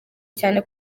cyane